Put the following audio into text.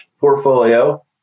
portfolio